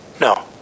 No